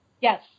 Yes